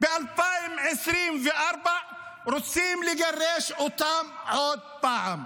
ב-2024 רוצים לגרש אותם עוד פעם.